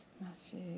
Matthew